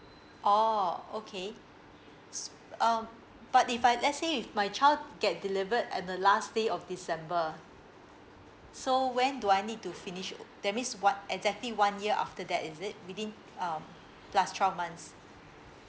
oh okay um but if I let's say if my child get delivered at the last day of december so when do I need to finish that means what exactly one year after that is it within um plus twelve months